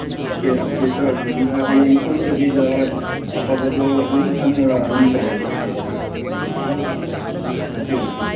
okay okay sir ꯑꯗꯨꯗꯤ ꯍꯌꯦꯡ ꯁꯣꯏꯗꯕꯤꯗ ꯍꯣꯏ ꯑꯐꯕꯗꯣ ꯑꯗꯨꯝ ꯈꯟꯅꯔ ꯑꯗꯨꯝ ꯇꯧꯔꯁꯦ ꯑꯣꯀꯦ ꯑꯣꯀꯦ ꯑꯣꯀꯦ